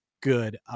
good